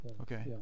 Okay